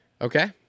Okay